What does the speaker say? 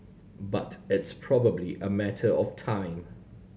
but it's probably a matter of time